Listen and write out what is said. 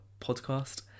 podcast